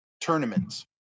tournaments